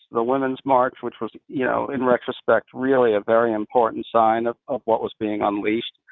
the women's march, which was you know in retrospect really a very important sign of of what was being unleashed.